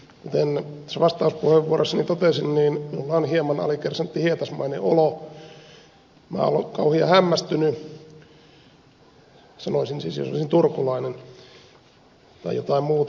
kuten vastauspuheenvuorossani totesin minulla on hieman alikersantti hietasmainen olo mää oon kauhia hämmästyny sanoisin siis jos olisin turkulainen tai jotain muuta